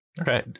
Okay